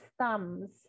thumbs